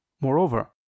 Moreover